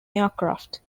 aircraft